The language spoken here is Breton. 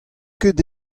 ket